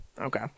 okay